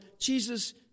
Jesus